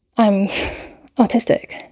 i'm autistic.